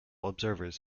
observers